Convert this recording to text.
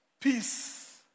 peace